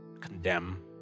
condemn